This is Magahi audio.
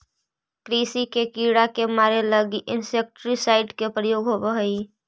कृषि के कीड़ा के मारे के लगी इंसेक्टिसाइट्स् के प्रयोग होवऽ हई